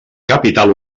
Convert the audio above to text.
capital